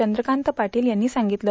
चंद्रकांत पाटील यांनी सांगितलं